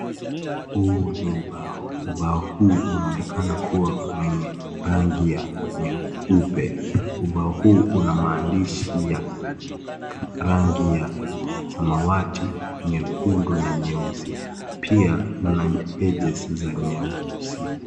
Huu ni ubao. Ubao huu unaonekana kuwa, wenye rangi ya nyeupe. Ubao huu una maandishi ya rangi ya samawati, nyekundu na nyeusi. Pia una edges za nyeusi.